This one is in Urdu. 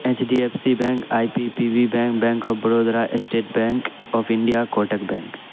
H D F C bank I P P B bank bank of Baroda state bank of India Kotak bank